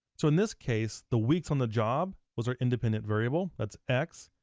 so in this case, the weeks on the job was our independent variable, that's x.